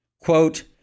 Quote